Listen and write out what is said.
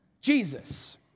Jesus